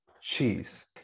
cheese